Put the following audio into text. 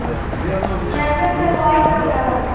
tractor से बोवाई करल जाला